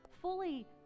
fully